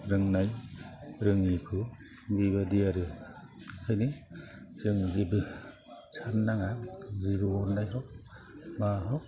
रोंनाय रोङैखौ बिबादि आरो बेखायनो जों जेबो साननो नाङा जिबौ अरनाय हग मा हग